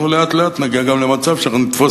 אנחנו לאט-לאט נגיע גם למצב שאנחנו נתפוס